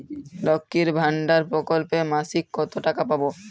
লক্ষ্মীর ভান্ডার প্রকল্পে মাসিক কত টাকা পাব?